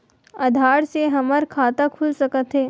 आधार से हमर खाता खुल सकत हे?